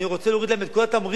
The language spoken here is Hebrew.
אני רוצה להוריד להם את כל התמריץ